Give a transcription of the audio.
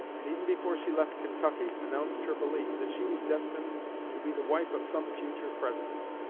and even before she left kentucky announced her belief that she was destined to be the wife of some future president.